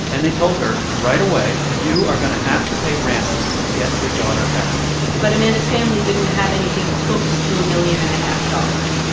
and they told her right away, you are going to have to pay ransom to get your daughter back but amanda's family didn't have anything close to a million and a half dollars.